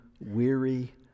weary